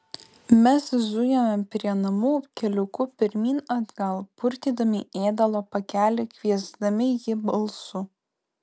mes zujome prie namų keliuku pirmyn atgal purtydami ėdalo pakelį kviesdami jį balsu